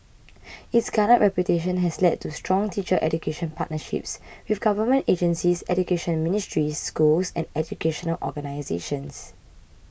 its garnered reputation has led to strong teacher education partnerships with government agencies education ministries schools and educational organisations